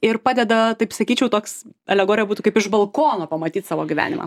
ir padeda taip sakyčiau toks alegorija būtų kaip iš balkono pamatyt savo gyvenimą